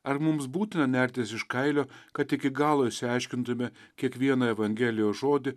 ar mums būtina nertis iš kailio kad iki galo išsiaiškintume kiekvieną evangelijos žodį